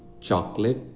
chocolate